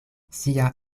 sia